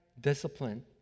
discipline